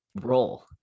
roll